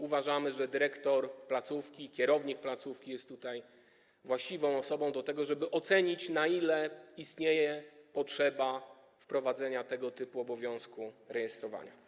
Uważamy, że dyrektor placówki, kierownik placówki jest tutaj właściwą osobą do tego, żeby ocenić, na ile istnieje potrzeba wprowadzenia tego typu obowiązku rejestrowania.